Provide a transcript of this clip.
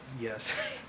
Yes